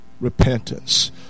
repentance